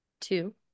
two